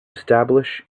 establish